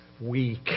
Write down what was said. weak